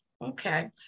Okay